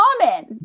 common